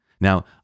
Now